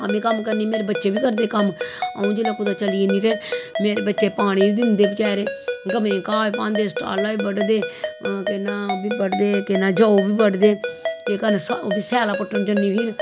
आम्मी कम्म करनी मेरे बच्चे बी करदे कम्म अ'ऊं जिसलै कुतै चली जन्नी ते मेरे बच्चे पानी बी दिंदे बचैरे गवें घाह् बी पांदे शटाला बी बड्डदे केह् नां ओह् बी बड्डदे केह् नां जौ बी बड्डदे केह् करना ओह् सैल्ला पुट्टन जन्नी फिर